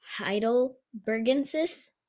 heidelbergensis